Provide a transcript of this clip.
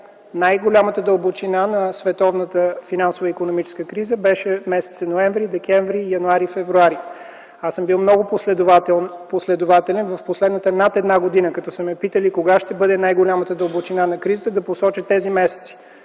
най-голямата дълбочина на световната финансова и икономическа криза, която беше през месеците ноември, декември, януари и февруари. Аз съм бил много последователен в последната над една година, като са ме питали кога ще бъде най-голямата дълбочина на кризата, да посоча тези месеци